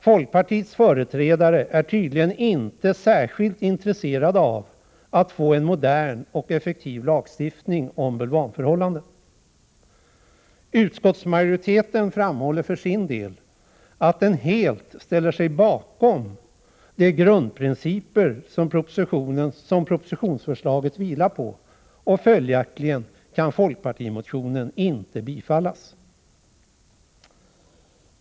Folkpartiets företrädare är tydligen inte särskilt intresserade av att få en modern och effektiv lagstiftning om bulvanförhållandet. Utskottsmajoriteten framhåller för sin del att den helt ställer sig bakom de grundprinciper som propositionsförslaget vilar på. Följaktligen kan folkpartimotionen inte tillstyrkas.